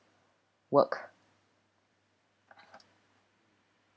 work